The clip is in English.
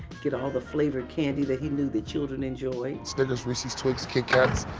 get all the flavored candy that he knew the children enjoyed. snickers, reese's, twix, kit kats,